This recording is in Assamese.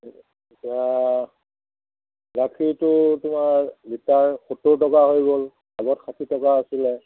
এতিয়া গাখীৰটো তোমাৰ লিটাৰ সত্তৰ টকা হৈ গ'ল আগত ষাঠি টকা আছিলে